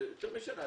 זה יותר משנה,